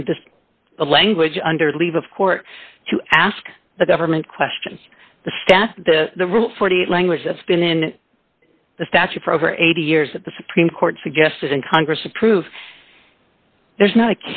and the language under leave of court to ask the government questions the staff the rule forty eight language that's been in the statute for over eighty years that the supreme court suggested and congress approved there's not a